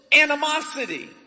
animosity